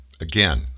Again